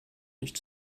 nicht